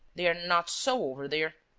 they are not so over there.